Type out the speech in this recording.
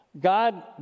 God